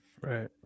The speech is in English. Right